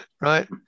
right